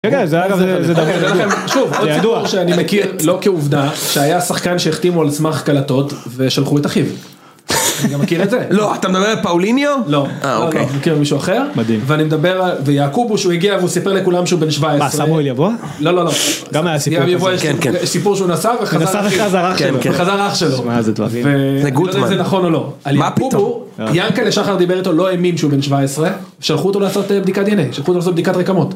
שוב אני מכיר לא כעובדה שהיה שחקן שהחתימו על סמך קלטות ושלחו את אחיו. לא אתה מדבר על פאוליניו לא אני מכיר מישהו אחר ואני מדבר ויעקובו כשהוא הגיע והוא סיפר לכולם שהוא בן 17 לא לא לא גם היה סיפור שהוא נסע וחזר אח שלו. ינקלה שחר דיבר איתו הוא לא אמין שהוא בן 17 שלחו אותו לעשות בדיקת dna, שלחו אותו לעשות בדיקת רקמות.